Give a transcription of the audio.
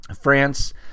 France